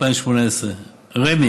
בפברואר 2018. רמ"י,